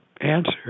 answer